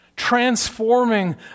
transforming